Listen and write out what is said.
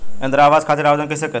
इंद्रा आवास खातिर आवेदन कइसे करि?